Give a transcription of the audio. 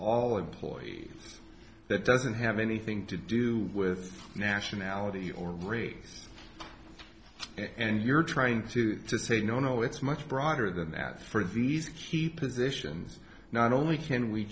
all employee that doesn't have anything to do with nationality or raise and you're trying to say no no it's much broader than that for these key positions not only can we